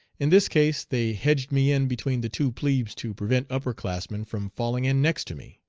in this case they hedged me in between the two plebes to prevent upper classmen from falling in next to me.